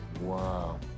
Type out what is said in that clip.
Wow